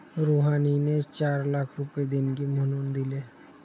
रुहानीने चार लाख रुपये देणगी म्हणून दिले